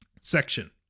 section